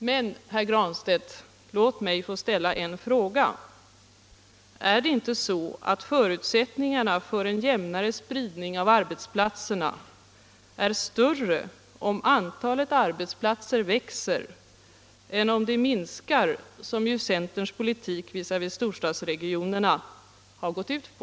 Men, herr Granstedt, låt mig få ställa en fråga: Är det inte så, att förutsättningarna för en jämnare spridning av arbetsplatserna är större om antalet arbetsplatser växer än om det minskar — vilket ju centerns politik visavi storstadsregionerna har gått ut på?